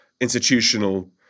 institutional